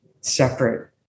separate